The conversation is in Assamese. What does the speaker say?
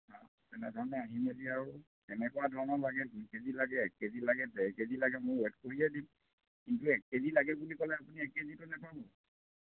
অঁ তেনেধৰণে আহিমেলি আৰু কেনেকুৱা ধৰণৰ লাগে দুই কে জি লাগে এক কে জি লাগে ডেৰ কে জি লাগে মই ৱেট কৰিয়ে দিম কিন্তু এক কে জি লাগে বুলি ক'লে আপুনি এক কে জিটো নেপাব